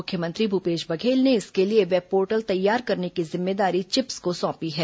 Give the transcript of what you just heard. मुख्यमंत्री भूपेश बघेल ने इसके लिए वेबपोर्टल तैयार करने की जिम्मेदारी चिप्स को सौंपी है